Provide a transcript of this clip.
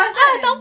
tak puas kan